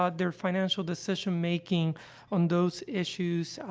ah their financial decision-making on those issues,